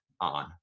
on